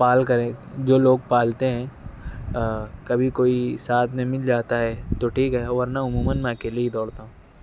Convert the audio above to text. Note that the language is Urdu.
پال کریں جو لوگ پالتے ہیں کبھی کوئی ساتھ میں مل جاتا ہے تو ٹھیک ہے ورنہ عموماً میں اکیلے ہی دوڑتا ہوں